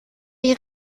die